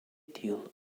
deal